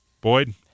Boyd